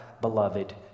beloved